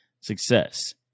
success